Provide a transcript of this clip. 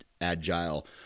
agile